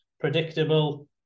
predictable